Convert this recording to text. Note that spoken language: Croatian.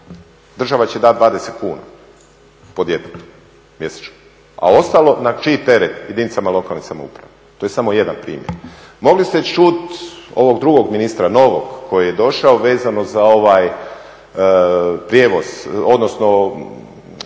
država će dati 20 kuna po djetetu mjesečno. A ostalo na čiji teret? Jedinicama lokalne samouprave. To je samo jedan primjer. Mogli ste čuti ovog drugog ministra novog koji je došao vezano za ovaj prijevoz odnosno